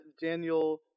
Daniel